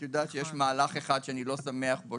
את יודעת שיש מהלך אחד שאני לא שמח בו,